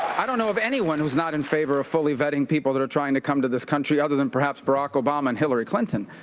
i don't know of anyone who's not in favor of fully vetting people that are trying to come into this country, other than perhaps barack obama and hillary clinton.